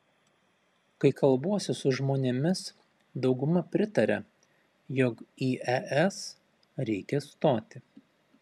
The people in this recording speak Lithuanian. kai kalbuosi su žmonėmis dauguma pritaria jog į es reikia stoti